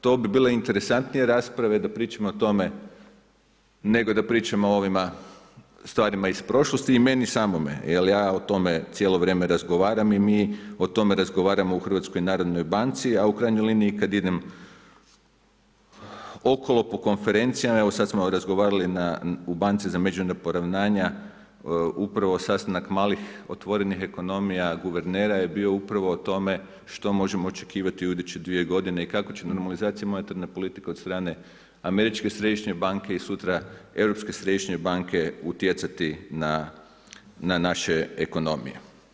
To bi bila interesantnije rasprave da pričamo o tome nego da pričamo o ovima stvarima iz prošlosti i meni samome jer ja o tome cijelo vrijeme razgovaramo i mi o tome razgovaramo u HNB-u a u krajnjoj liniji i kad idem okolo po konferencijama, evo sad smo razgovarali u Banci za međunarodna poravnanja upravo sastanak malih, otvorenih ekonomija, guvernera je bilo upravo o tome što možemo očekivati u idućih 2 godine i kako će … i monetarna politika od strane američke središnje banke i sutra Europske središnje banke utjecati na naše ekonomije.